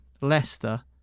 Leicester